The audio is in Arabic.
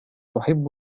تحب